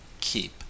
keep